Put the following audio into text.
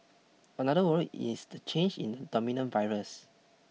another worry is the change in the dominant virus